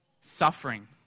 suffering